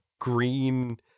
green